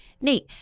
Nate